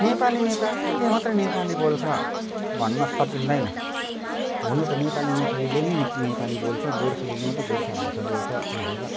नेपाली नेपालीले मात्रै नेपाली बोल्छ भन्न सकिँदैन हुनु त नेपाली नेपालीले नै मात्रै नेपाली बोल्छ गोर्खालीले मात्रै गोर्खा भाषा बोल्छ भनेर